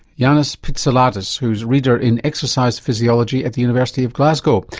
yannis pitsiladis who's reader in exercise physiology at the university of glasgow.